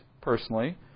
personally